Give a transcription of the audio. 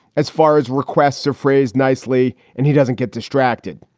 as far as requests are phrased nicely and he doesn't get distracted,